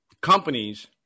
companies